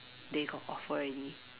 they got offer already